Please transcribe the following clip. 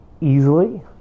easily